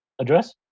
address